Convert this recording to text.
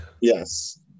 yes